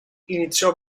iniziò